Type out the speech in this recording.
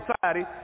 society